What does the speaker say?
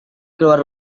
keluar